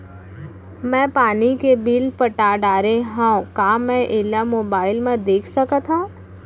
मैं पानी के बिल पटा डारे हव का मैं एला मोबाइल म देख सकथव?